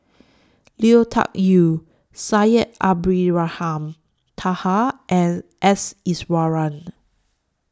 Lui Tuck Yew Syed Abdulrahman Taha and S Iswaran